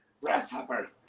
grasshopper